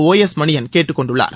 ஒஎஸ்மணியள் கேட்டுக் கொண்டுள்ளார்